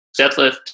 deadlift